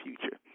future